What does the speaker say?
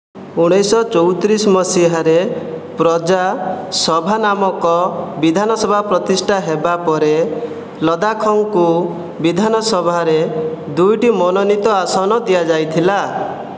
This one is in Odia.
ଉଣେଇଶହ ଚଉତିରିଶ ମସିହାରେ ପ୍ରଜା ସଭା ନାମକ ବିଧାନସଭା ପ୍ରତିଷ୍ଠା ହେବା ପରେ ଲଦାଖଙ୍କୁ ବିଧାନସଭାରେ ଦୁଇଟି ମନୋନୀତ ଆସନ ଦିଆଯାଇଥିଲା